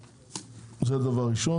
זה דבר ראשון.